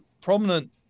prominent